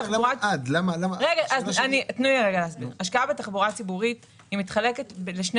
השקעה בתחבורה ציבורית מתחלקת לשני